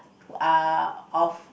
uh of